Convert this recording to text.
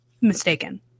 Mistaken